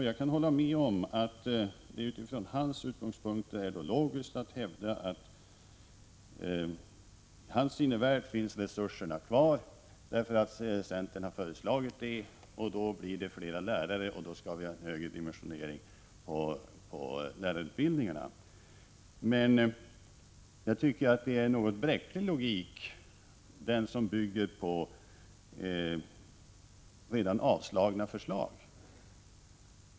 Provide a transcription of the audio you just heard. Jag kan hålla med om att det utifrån hans utgångspunkt är logiskt att hävda att resurserna i hans sinnevärld finns kvar, eftersom centern har föreslagit det. Då blir det fler lärare, och då skall vi ha en större dimensionering på lärarutbildningarna. Men, jag tycker att detta är en något bräcklig logik som bygger på redan avslagna förslag.